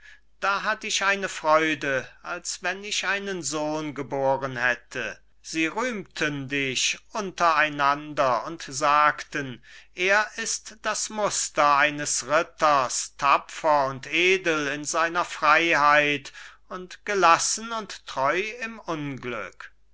da hatt ich eine freude als wenn ich einen sohn geboren hätte sie rühmten dich untereinander und sagten er ist das muster eines ritters tapfer und edel in seiner freiheit und gelassen und treu im unglück